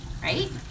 right